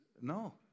no